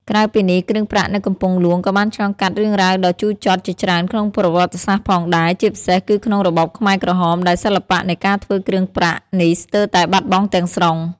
ក្រៅពីនេះ គ្រឿងប្រាក់នៅកំពង់ហ្លួងក៏បានឆ្លងកាត់រឿងរ៉ាវដ៏ជូរចត់ជាច្រើនក្នុងប្រវត្តិសាស្ត្រផងដែរ ជាពិសេសគឺក្នុងរបបខ្មែរក្រហម ដែលសិល្បៈនៃការធ្វើគ្រឿងប្រាក់នេះស្ទើរតែបាត់បង់ទាំងស្រុង។